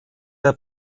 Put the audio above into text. der